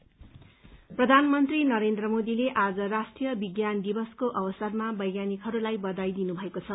विज्ञान दिवस प्रधानमन्त्री नरेन्द्र मोदीले आज राष्ट्रीय विज्ञान दिवसको अवसरमा वैज्ञानिकहरूलाई बधाई दिनुभएको छ